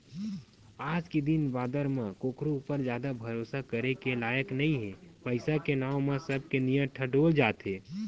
आज के दिन बादर म कखरो ऊपर जादा भरोसा करे के लायक नइ हे पइसा के नांव म सब के नियत ह डोल जाथे